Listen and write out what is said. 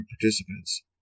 participants